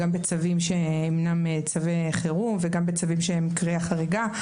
גם בצווים שאינם צווי חירום וגם בצווים שהם קריאה חריגה,